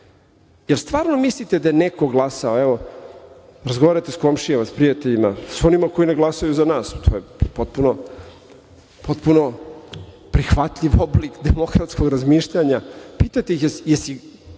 li stvarno mislite da je neko glasao, evo, razgovarajte sa komšijama, sa prijateljima, sa onima koji ne glasaju za nas, to je potpuno prihvatljiv oblik demokratskog razmišljanja, pitajte ih – jesi li